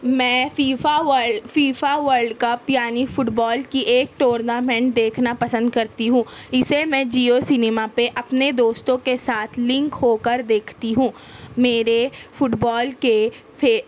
میں FIFA World FIFA World Cup یعنی football کی ایک ٹورنامنٹ دیکھنا پسند کرتی ہوں اسے میں جئو سنیما پہ اپنے دوستوں کے ساتھ لنک ہوکر دیکھتی ہوں میرے فٹ بال کے پے